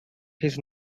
his